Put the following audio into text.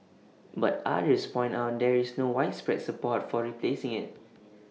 but others point out there is no widespread support for replacing IT